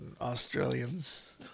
Australians